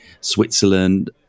Switzerland